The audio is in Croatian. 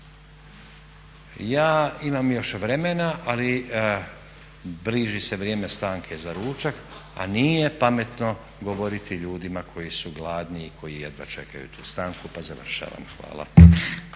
Ja imam još vremena ali bliži se vrijeme stanke za ručak a nije pametno govoriti ljudima koji su gladni i koji jedva čekaju tu stanku pa završavam. Hvala.